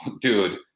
Dude